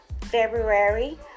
February